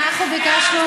אנחנו ביקשנו